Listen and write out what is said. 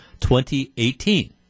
2018